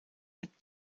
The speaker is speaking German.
mit